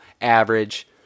average